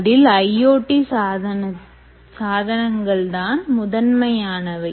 அதில் IoT சாதனங்கள் தான் முதன்மையானவை